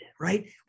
right